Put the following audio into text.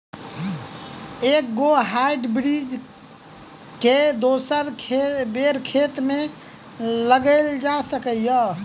एके गो हाइब्रिड बीज केँ दोसर बेर खेत मे लगैल जा सकय छै?